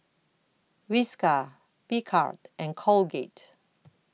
Whiskas Picard and Colgate